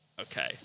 Okay